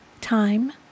time